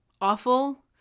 awful